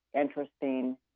interesting